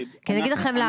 אגיד לכם למה.